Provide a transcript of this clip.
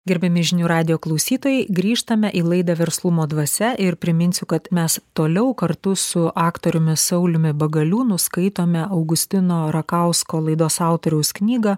gerbiami žinių radijo klausytojai grįžtame į laidą verslumo dvasia ir priminsiu kad mes toliau kartu su aktoriumi sauliumi bagaliu nuskaitome augustino rakausko laidos autoriaus knygą